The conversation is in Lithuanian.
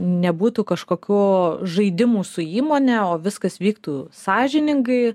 nebūtų kažkokių žaidimų su įmone o viskas vyktų sąžiningai